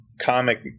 comic